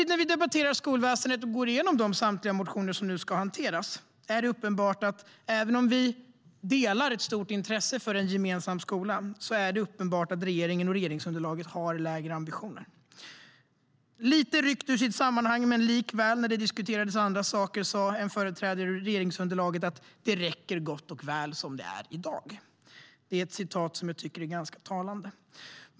När vi nu debatterar skolväsendet och går igenom samtliga motioner som ska hanteras är det, även om vi delar ett stort intresse för en gemensam skola, samtidigt uppenbart att regeringsunderlaget har lägre ambitioner. Detta är lite ryckt ur sitt sammanhang men likväl; när det diskuterades andra saker sa en företrädare för regeringsunderlaget att det räcker gott och väl som det är i dag. Det tycker jag är ganska talande.